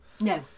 no